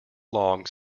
long